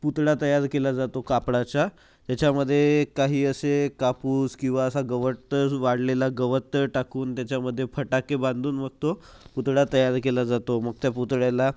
पुतळा तयार केला जातो कापडाचा त्याच्यामध्ये काही असे कापूस किंवा असं गवत तर वाळलेला गवत टाकून त्याच्यामध्ये फटाके बांधून मग तो पुतळा तयार केला जातो मग त्या पुतळ्याला